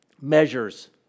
measures